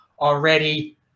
already